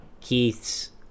Keith's